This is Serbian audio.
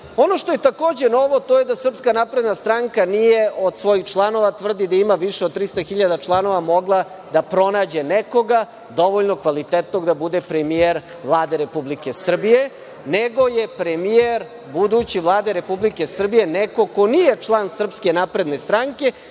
što je takođe novo to je da Srpska napredna stranka nije od svojih članova, tvrdi da ima više od 300 hiljada članova, mogla da pronađe nekoga dovoljno kvalitetnog da bude premijer Vlade Republike Srbije, nego je premijer buduće Vlade Republike Srbije neko ko nije član Srpske napredne stranke